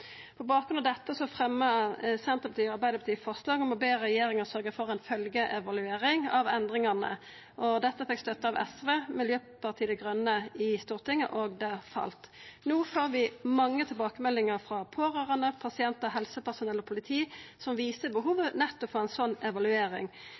dette fremja Senterpartiet og Arbeidarpartiet forslag om å be regjeringa sørgja for ei følgjeevaluering av endringane. Dette fekk støtte av SV og Miljøpartiet dei Grøne i Stortinget, men det fall. No får vi mange tilbakemeldingar frå pårørande, pasientar, helsepersonell og politi som viser